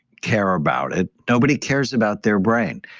care about it nobody cares about their brain.